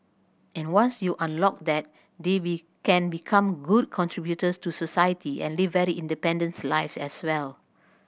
and once you unlock that they be can become good contributors to society and live very independent life as well